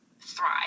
thrive